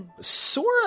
Sora